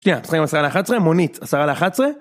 כן, משחקים עשרה לאחת עשרה? מונית עשרה לאחת עשרה?